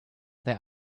their